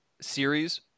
series